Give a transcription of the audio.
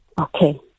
Okay